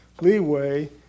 leeway